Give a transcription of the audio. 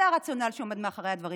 זה הרציונל שעומד מאחורי הדברים.